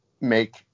make